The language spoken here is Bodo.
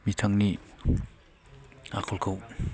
बिथांनि आखलखौ